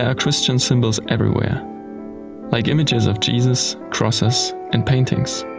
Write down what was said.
ah christian symbols everywhere like images of jesus, crosses, and paintings.